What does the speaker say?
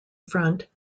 front